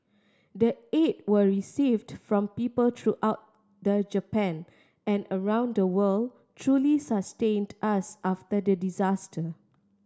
the aid we received from people throughout the Japan and around the world truly sustained us after the disaster